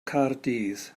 caerdydd